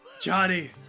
Johnny